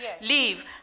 leave